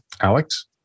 Alex